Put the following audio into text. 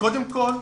קודם כל,